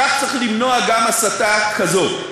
כך צריך למנוע גם הסתה כזאת.